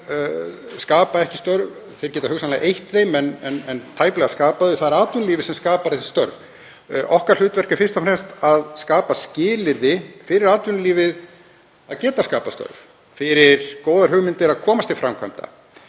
skapa ekki störf, þeir geta hugsanlega eytt þeim en tæplega skapað þau. Það er atvinnulífið sem skapar störf. Okkar hlutverk er fyrst og fremst að skapa skilyrði fyrir atvinnulífið til að geta skapað störf, til að góðar hugmyndir komist til framkvæmda.